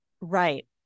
Right